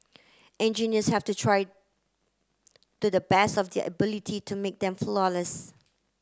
engineers have to try to the best of their ability to make them flawless